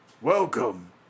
Welcome